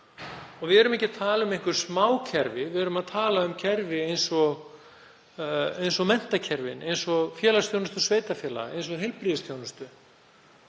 Og við erum ekki að tala um einhver smákerfi. Við erum að tala um kerfi eins og menntakerfin, eins og Félagsþjónustu sveitarfélaga, eins og heilbrigðisþjónustu